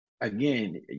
again